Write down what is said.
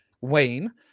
wayne